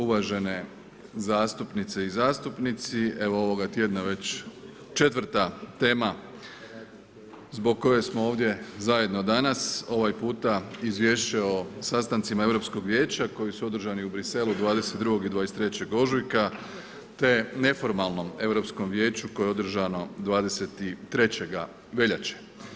Uvažene zastupnice i zastupnici, ovoga tjedna već 4 tema zbog koje smo ovdje zajedno danas, ovaj puta izvješće o sastancima Europskog vijeća, koji su održani u Bruxellesu 22. i 23. ožujka, te neformalnom Europskom vijeću koji je održano 23. veljače.